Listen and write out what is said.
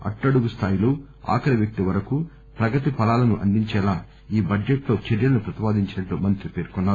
అట్టడుగు స్దాయిలో ఆఖరి వ్యక్తి వరకు ప్రగతి ఫలాలను అందించేలా ఈ బడ్జెట్ లో చర్యలను ప్రతిపాదించినట్లు మంత్రి పేర్కొన్నారు